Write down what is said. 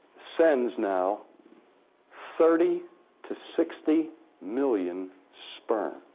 sends now thirty to sixty million sperm.